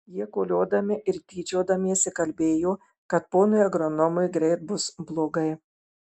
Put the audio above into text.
jie koliodami ir tyčiodamiesi kalbėjo kad ponui agronomui greit bus blogai